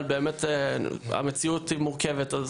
אבל המציאות מורכבת.